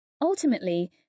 Ultimately